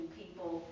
people